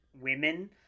women